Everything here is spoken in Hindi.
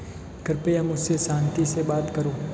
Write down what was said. कृपया मुझसे शान्ति से बात करो